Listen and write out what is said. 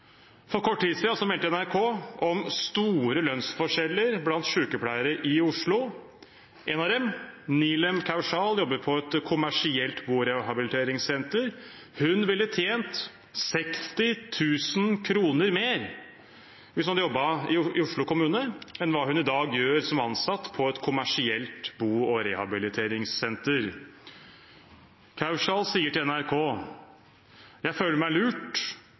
For kort tid siden meldte NRK om store lønnsforskjeller blant sykepleiere i Oslo. En av dem, Nilem Kaushal, jobber på et kommersielt bo- og rehabiliteringssenter. Hun ville tjent 60 000 kr mer hvis hun hadde jobbet i Oslo kommune, enn hva hun i dag gjør som ansatt på et kommersielt bo- og rehabiliteringssenter. Kaushal sier til NRK: Jeg føler meg lurt.